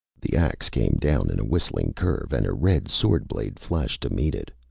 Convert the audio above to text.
the axe came down in a whistling curve, and a red sword-blade flashed to meet it.